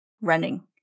running